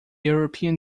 european